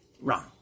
Wrong